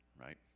right